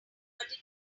might